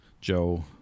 Joe